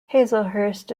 hazlehurst